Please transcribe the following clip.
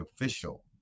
official